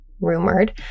rumored